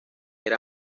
era